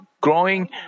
growing